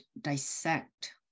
dissect